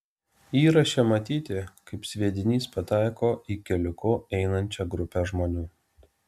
įraše matyti kaip sviedinys pataiko į keliuku einančią grupę žmonių